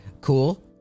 Cool